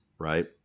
right